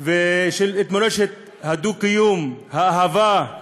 את מורשת הדו-קיום, האהבה.